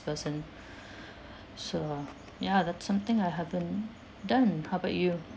person so uh ya that's something I haven't done how about you